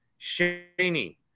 Shaney